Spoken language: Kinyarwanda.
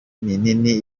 minini